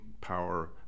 power